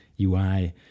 UI